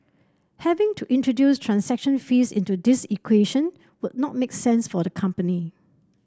having to introduce transaction fees into this equation would not make sense for the company